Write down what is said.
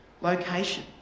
location